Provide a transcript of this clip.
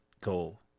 goal